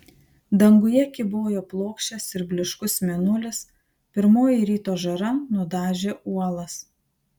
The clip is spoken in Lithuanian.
danguje kybojo plokščias ir blyškus mėnulis pirmoji ryto žara nudažė uolas